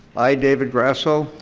i david grosso.